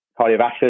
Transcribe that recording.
cardiovascular